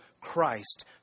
Christ